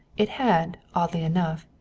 it had, oddly enough,